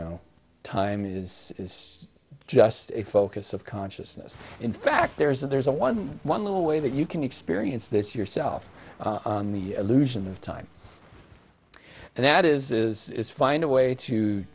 know time is is just a focus of consciousness in fact there is and there's a one one little way that you can experience this yourself on the illusion of time and that is is find a way to